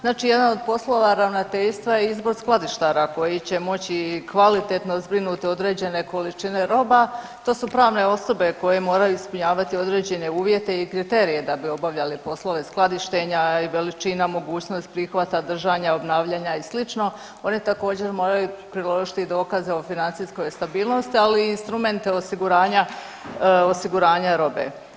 Znači jedan od poslova ravnateljstva je izbor skladištara koji će moći kvalitetno zbrinut određene količine roba, to su pravne osobe koje moraju ispunjavati određene uvjete i kriterije da bi obavljali poslove skladištenja i veličina, mogućnost, prihvata, držanja, obnavljanja i slično, oni također moraju priložiti dokaze o financijskoj stabilnosti, ali i instrumente osiguranja, osiguranja robe.